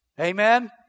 Amen